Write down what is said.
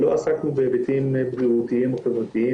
לא עסקנו בהיבטים בריאותיים או חברתיים,